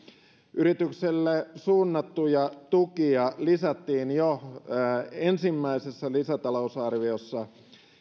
yrityksille suunnattuja tukia lisättiin jo ensimmäisessä lisätalousarviossa